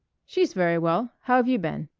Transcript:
she's very well. how've you been?